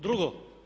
Drugo.